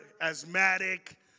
asthmatic